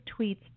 tweets